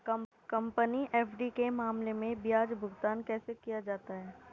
Company FD के मामले में ब्याज भुगतान कैसे किया जाता है?